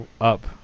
up